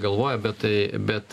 galvoja bet tai bet